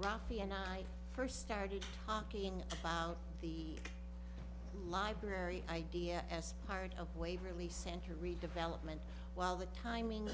rafi and i first started talking about the library idea as part of waverly center redevelopment while the timing